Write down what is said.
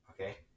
Okay